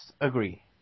agree